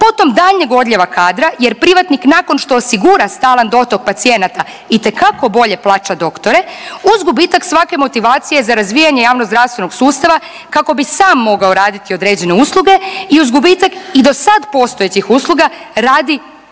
Potom daljnjeg odljeva kadra jer privatnik nakon što osigurava stalan dotok pacijenata itekako bolje plaća doktore uz gubitak svake motivacije za razvijanje javno-zdravstvenog sustava kako bi sam mogao raditi određene usluge i uz gubitak i do sad postojećih usluga radi prije